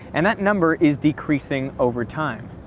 and that number is decreasing over time.